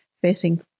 Facing